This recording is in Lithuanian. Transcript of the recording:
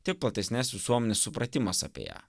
tiek platesnės visuomenės supratimas apie ją